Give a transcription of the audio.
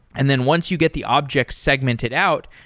and then once you get the object segmented out,